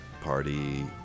Party